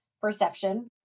perception